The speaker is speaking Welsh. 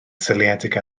seiliedig